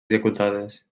executades